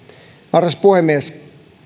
arvoisa puhemies